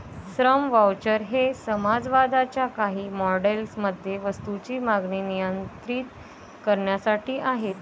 श्रम व्हाउचर हे समाजवादाच्या काही मॉडेल्स मध्ये वस्तूंची मागणी नियंत्रित करण्यासाठी आहेत